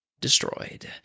destroyed